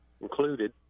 included